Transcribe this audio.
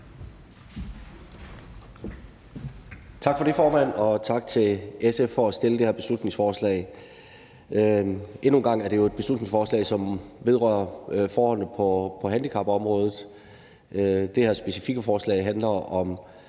Tak for det, formand, og tak til SF for at fremsætte dette beslutningsforslag. Endnu en gang er det jo et beslutningsforslag, som vedrører forholdene på handicapområdet. Det her specifikke forslag handler om